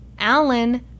Alan